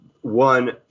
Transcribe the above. one